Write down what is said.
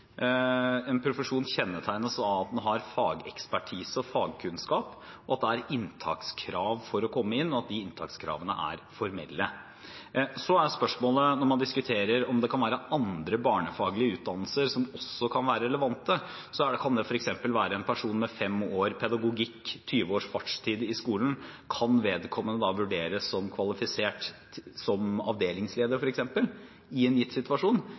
En profesjon kjennetegnes av at en har fagekspertise og fagkunnskap, at det er inntakskrav for å komme inn, og at de inntakskravene er formelle. Spørsmålet når man diskuterer, er om andre barnefaglige utdannelser også kan være relevante. Man kan f.eks. ha en person med fem år pedagogikk og 20 års fartstid i skolen. Kan vedkommende da vurderes som kvalifisert som avdelingsleder f.eks. i en gitt situasjon?